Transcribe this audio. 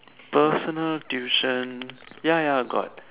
personal tuition ya ya got